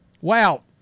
Wow